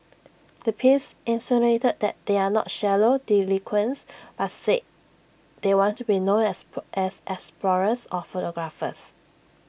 the piece insinuated that they are not shallow delinquents but said they want to be known as as explorers or photographers